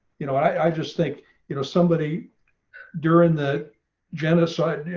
you know, i just think you know somebody during the genocide, you know,